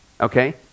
Okay